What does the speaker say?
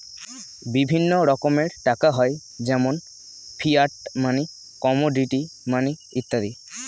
বিভিন্ন রকমের টাকা হয় যেমন ফিয়াট মানি, কমোডিটি মানি ইত্যাদি